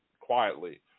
quietly